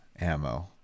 ammo